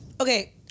Okay-